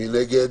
מי נגד?